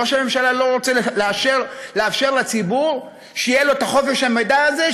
ראש הממשלה לא רוצה לאפשר לציבור שיהיה לו חופש המידע הזה,